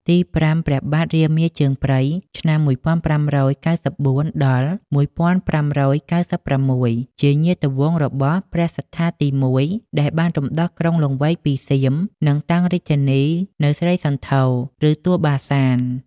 ទីប្រាំ ព្រះបាទរាមាជើងព្រៃ (ឆ្នាំ ១៥៩៤-១៥៩៦) ជាញាតិវង្សរបស់ព្រះសត្ថាទី១ ដែលបានរំដោះក្រុងលង្វែកពីសៀម និងតាំងរាជធានីនៅស្រីសន្ធរ ឬ ទួលបាសាន។